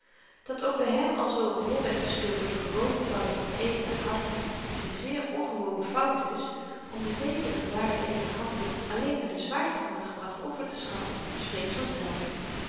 dat ook by hem alzoo n rol werd gespeeld door de gewone fout van edele harten n zeer ongewone fout dus om de zedelyke waarde eener handeling alleen naar de zwaarte van t gebracht offer te schatten spreekt vanzelf